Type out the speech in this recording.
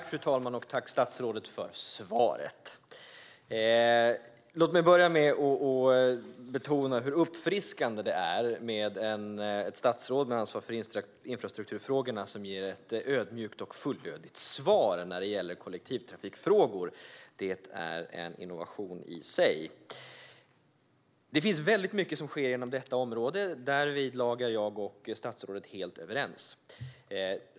Fru talman! Tack, statsrådet, för svaret! Låt mig börja med att betona hur uppfriskande det är med ett statsråd med ansvar för infrastrukturfrågorna som ger ett ödmjukt och fullödigt svar när det gäller kollektivtrafikfrågor. Det är en innovation i sig. Det finns mycket som sker inom detta område. Därvidlag är jag och statsrådet helt överens.